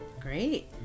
Great